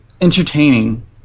entertaining